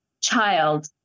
child